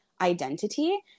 identity